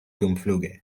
dumfluge